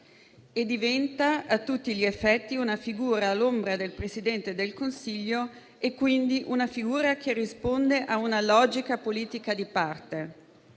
Diventa a tutti gli effetti una figura ombra del Presidente del Consiglio e quindi una figura che risponde a una logica politica di parte.